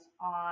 on